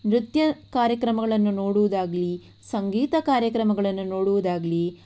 ನೃತ್ಯ ಕಾರ್ಯಕ್ರಮಗಳನ್ನು ನೋಡುವುದಾಗಲಿ ಸಂಗೀತ ಕಾರ್ಯಕ್ರಮಗಳನ್ನು ನೋಡುವುದಾಗಲಿ